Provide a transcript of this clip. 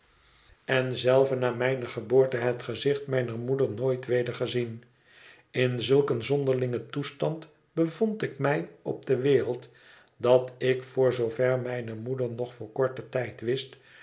en zelve na mijne geboorte het gezicht mijner moeder nooit weder gezien in zulk een zonderlingen toestand bevond ik mij op de wereld dat ik voor zoover mijne moeder nog voor korten tijd wist